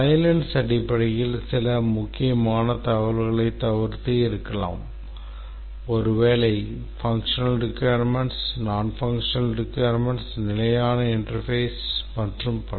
Silence அடிப்படையில் சில முக்கியமான சிக்கல்களைத் தவிர்த்து இருக்கலாம் ஒருவேளை functional requirement non functional requirements நிலையான interfaces மற்றும் பல